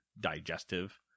digestive